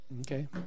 Okay